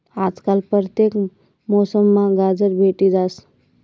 आजकाल परतेक मौसममा गाजर भेटी जास